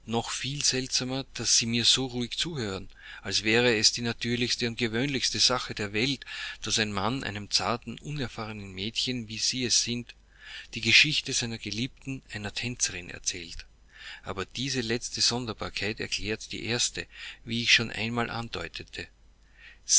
noch viel seltsamer daß sie mir so ruhig zuhören als wäre es die natürlichste und gewöhnlichste sache der welt daß ein mann einem zarten unerfahrenen mädchen wie sie es sind die geschichten seiner geliebten einer tänzerin erzählt aber diese letzte sonderbarkeit er klärt die erste wie ich schon einmal andeutete